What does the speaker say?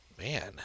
Man